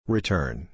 Return